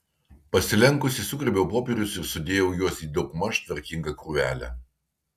pasilenkusi sugrėbiau popierius ir sudėjau juos į daugmaž tvarkingą krūvelę